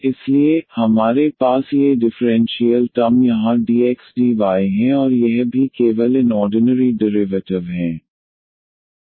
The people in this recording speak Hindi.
इसलिए हमारे पास ये डिफरेंशियल टर्म यहां dx dy हैं और यह भी केवल इन ऑर्डनेरी डेरिवेटिव हैं